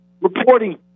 reporting